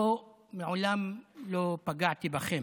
מעולם לא פגעתי בכם.